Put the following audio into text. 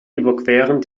überqueren